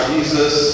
Jesus